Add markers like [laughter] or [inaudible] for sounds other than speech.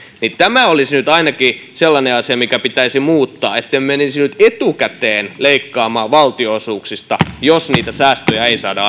tämä olisi nyt ainakin sellainen asia mikä pitäisi muuttaa ettemme menisi nyt etukäteen leikkaamaan valtionosuuksista jos niitä säästöjä ei saada [unintelligible]